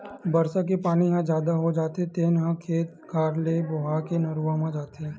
बरसा के पानी ह जादा हो जाथे तेन ह खेत खार ले बोहा के नरूवा म जाथे